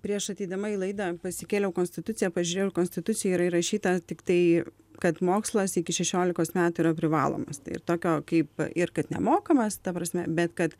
prieš ateidama į laidą pasikėliau konstituciją pažiūrėjau ir konstitucijoj yra įrašyta tik tai kad mokslas iki šešiolikos metų yra privalomas tai ir tokio kaip ir kad nemokamas ta prasme bet kad